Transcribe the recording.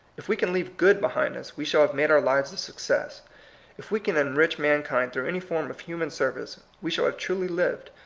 if we can leave good behind us, we shall have made our lives a success if we can enrich mankind through any form of human service, we shall have truly lived.